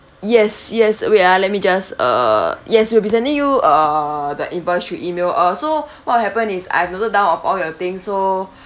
yes yes wait ah let me just err yes we'll be sending you err the invoice through email uh so what'll happen is I've noted down of all your things so